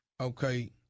Okay